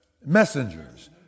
Messengers